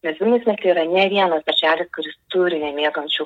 nes vilniaus mieste yra ne vienas darželis kuris turi nemiegančių